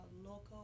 local